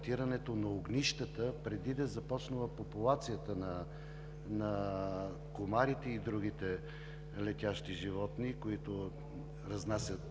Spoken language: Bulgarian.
на огнищата преди да е започнала популацията на комарите и другите летящи животни, които разнасят